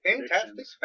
Fantastic